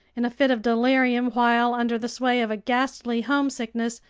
in a fit of delirium while under the sway of a ghastly homesickness,